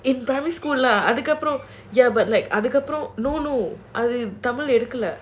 in primary school lah அதுக்கப்புறம்:adhukkappuram ya but like அதுக்கப்புறம்:adhukkappuram no no அவ:ava tamil எடுக்கல:edukkala